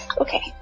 Okay